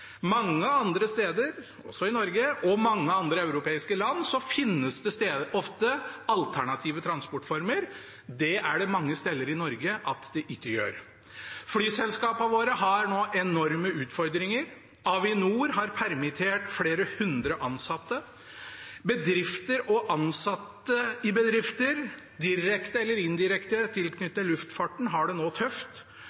Mange andre steder, i Norge og i mange andre europeiske land, finnes det ofte alternative transportformer. Det er det mange steder i Norge som ikke har. Flyselskapene våre har nå enorme utfordringer. Avinor har permittert flere hundre ansatte. Bedrifter og ansatte i bedrifter direkte eller indirekte